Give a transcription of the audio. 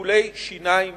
לטיפולי שיניים